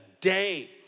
day